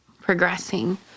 progressing